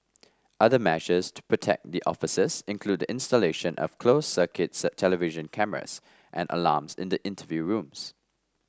other measures to protect the officers include the installation of closed circuits television cameras and alarms in the interview rooms